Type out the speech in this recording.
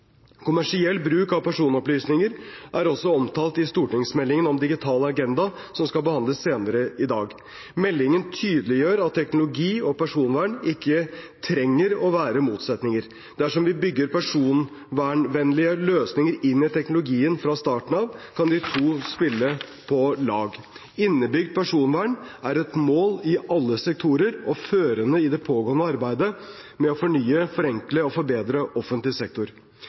Kommersiell bruk av personopplysninger er også omtalt i stortingsmeldingen om digital agenda, som skal behandles senere i dag. Meldingen tydeliggjør at teknologi og personvern ikke trenger å være motsetninger. Dersom vi bygger personvernvennlige løsninger inn i teknologien fra starten av, kan de to spille på lag. Innebygd personvern er et mål i alle sektorer og førende i det pågående arbeidet med å fornye, forenkle og forbedre offentlig sektor.